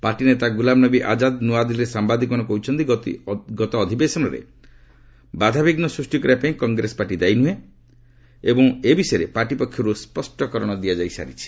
party ନେତା ଗୁଲାମନବୀ ଆଜାଦ ନ୍ତଆଦିଲ୍ଲୀରେ ସାମ୍ବାଦିକମାନଙ୍କୁ କହିଛନ୍ତି ଗତ ଅଧିବେଶନରେ ବାଧାବିଘୁ ସୃଷ୍ଟି କରିବା ପାଇଁ କଂଗ୍ରେସ ପାର୍ଟି ଦାୟୀ ନୁହେଁ ବୋଲି ପାର୍ଟି ପକ୍ଷରୁ ସ୍ୱଷ୍ଟ କରାଯାଇ ସାରିଛି